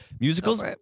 musicals